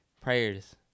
Prayers